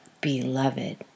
beloved